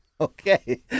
Okay